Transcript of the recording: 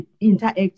interact